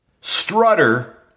strutter